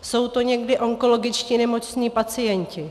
Jsou to někdy onkologicky nemocní pacienti.